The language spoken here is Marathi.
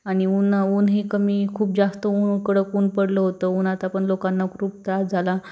आणि ऊन ऊन हे कमी खूप जास्त ऊन कडक ऊन पडलं होतं उन्हाचा पण लोकांना खूप त्रास झाला